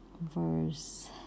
verse